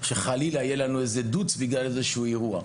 שחלילה יהיה לנו איזה דו״צ בגלל איזה שהוא אירוע.